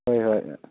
ꯍꯣꯏ ꯍꯣꯏ